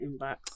inbox